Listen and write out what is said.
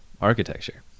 architecture